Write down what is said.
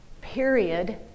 period